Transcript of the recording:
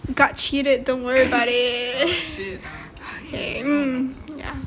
got cheated don't worry about it okay ya